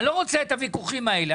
אני לא רוצה את הוויכוחים האלה.